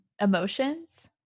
emotions